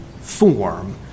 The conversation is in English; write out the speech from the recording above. form